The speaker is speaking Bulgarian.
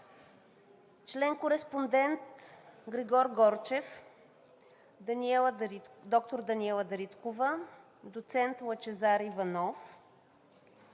член-кореспондент Григор Горчев, доктор Даниела Дариткова, доцент Лъчезар Иванов,